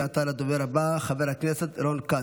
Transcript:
עתה לדובר הבא, חבר הכנסת רון כץ.